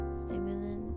stimulant